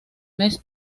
mes